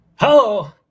hello